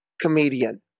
comedian